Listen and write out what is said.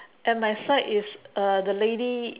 at my side is uh the lady